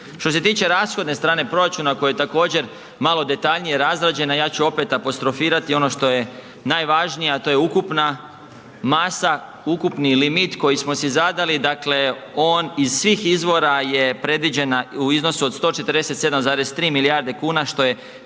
Što se tiče rashodne strane proračuna koji je također malo detaljnije razrađen a ja ću opet apostrofirati ono što je najvažnije a to je ukupna masa, ukupni limit koji smo si zadali, dakle on iz svih izvora je predviđen u iznosu od 147,3 milijarde kuna što je